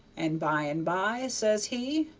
and by and by says he,